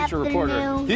ah reporter